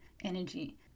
energy